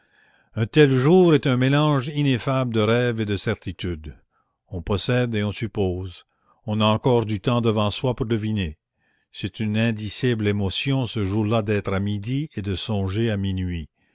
un tel jour est un mélange ineffable de rêve et de certitude on possède et on suppose on a encore du temps devant soi pour deviner c'est une indicible émotion ce jour-là d'être à midi et de songer à minuit